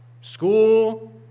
school